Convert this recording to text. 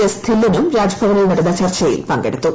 S ധില്ലനും രാജ്ഭവനിൽ നടന്ന ചർച്ചയിൽ പങ്കെടുത്തു